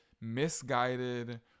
misguided